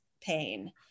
pain